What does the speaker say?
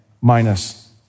minus